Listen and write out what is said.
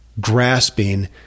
grasping